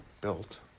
built